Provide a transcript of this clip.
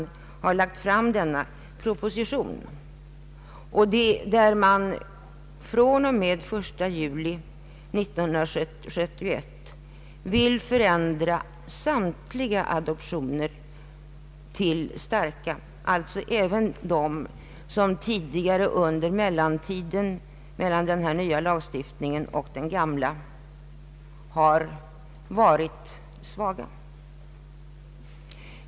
ändringar i adoptionslagstiftningen positionen. Förslaget innebär = att fr.o.m. den 1 juli 1971 skall samtliga adoptioner förändras till starka, alltså även de som under tiden mellan den nya och den gamla lagstiftningen har varit svaga.